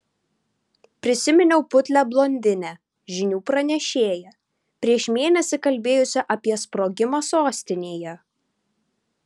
prisiminiau putlią blondinę žinių pranešėją prieš mėnesį kalbėjusią apie sprogimą sostinėje